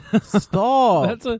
Stop